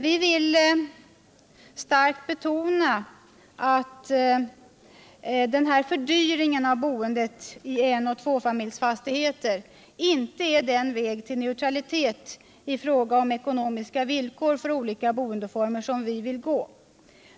Vi vill starkt betona att denna fördyring av boendet i enoch tvåfamiljsfastigheterna inte är den väg till neutralitet i fråga om ekonomiska villkor för olika boendeformer som vi vill gå.